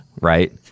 Right